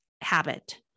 habit